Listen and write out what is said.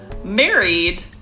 Married